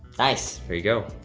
nice. here you go.